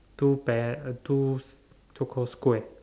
two pair uh two two called square